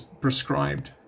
prescribed